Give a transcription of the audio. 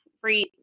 free